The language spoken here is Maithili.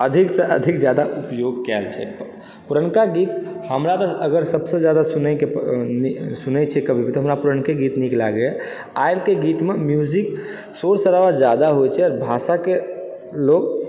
अधिकसँ अधिक जादा उपयोग कयल छै पुरनका गीत हमरा तऽ अगर सभसे जादा सुनयओ सुनैत छी कभी भी तऽ हमरा पुरनके गीत नीक लागयए आबके गीतमे म्यूजिक शोर शराबा जादा होयत छै आओर भाषाके लोग